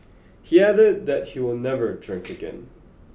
he added that he will never drink again